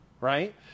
right